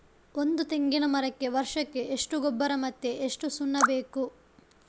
ಒಂದು ತೆಂಗಿನ ಮರಕ್ಕೆ ವರ್ಷಕ್ಕೆ ಎಷ್ಟು ಗೊಬ್ಬರ ಮತ್ತೆ ಎಷ್ಟು ಸುಣ್ಣ ಬೇಕು?